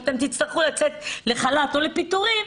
אם אתם תצטרכו לצאת לחל"ת או לפיטורים,